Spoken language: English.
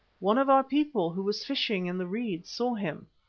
one of our people who was fishing in the reeds saw him.